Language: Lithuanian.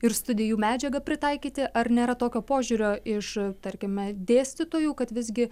ir studijų medžiagą pritaikyti ar nėra tokio požiūrio iš tarkime dėstytojų kad visgi